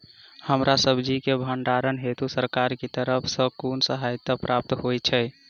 हरा सब्जी केँ भण्डारण हेतु सरकार की तरफ सँ कुन सहायता प्राप्त होइ छै?